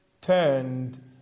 turned